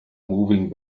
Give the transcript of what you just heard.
moving